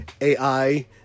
AI